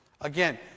Again